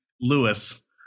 Lewis